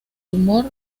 humor